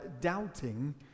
doubting